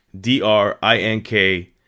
D-R-I-N-K